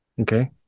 Okay